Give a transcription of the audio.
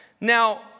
Now